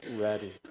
ready